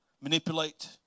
manipulate